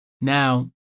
Now